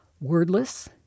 wordless